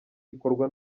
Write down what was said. ikorwa